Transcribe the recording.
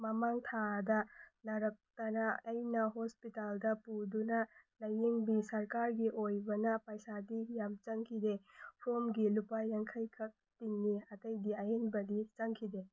ꯃꯃꯥꯡ ꯊꯥꯗ ꯅꯥꯔꯛꯇꯅ ꯑꯩꯅ ꯍꯣꯁꯄꯤꯇꯥꯜꯗ ꯄꯨꯗꯨꯅ ꯂꯥꯏꯌꯦꯡꯕꯤ ꯁꯔꯀꯥꯔꯒꯤ ꯑꯣꯏꯕꯅ ꯄꯩꯁꯥꯗꯤ ꯌꯥꯝ ꯆꯪꯈꯤꯗꯦ ꯐꯣꯔꯝꯒꯤ ꯂꯨꯄꯥ ꯌꯥꯡꯈꯩꯈꯛ ꯇꯤꯡꯉꯤ ꯑꯇꯩꯗꯤ ꯑꯍꯦꯟꯕꯗꯤ ꯆꯪꯈꯤꯗꯦ